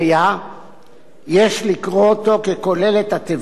יש לקרוא אותו ככולל את התיבה "לרבות